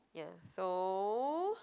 ya so